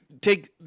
take